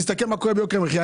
תסתכל מה קורה עם יוקר המחייה.